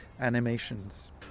animations